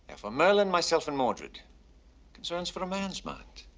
for merlin, myself, and mordred concerns for a man's mind.